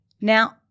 Now